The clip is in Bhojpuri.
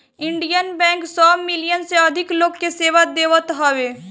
इंडियन बैंक सौ मिलियन से अधिक लोग के सेवा देत हवे